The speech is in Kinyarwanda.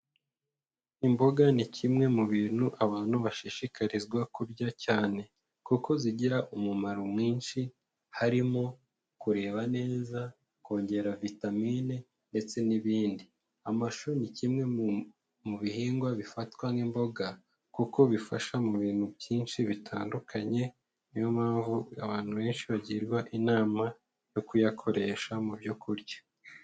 Imboga ni kimwe mu bintu abantu bashishikarizwa kurya cyane, kuko zigira umumaro mwinshi harimo kureba neza, kongera vitamine ndetse n'ibindi. Amashu ni kimwe mu bihingwa bifatwa nk'imboga kuko bifasha mu bintu byinshi bitandukanye, ni yo mpamvu abantu benshi bagirwa inama yo kuyakoresha mu byo kurya.